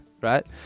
Right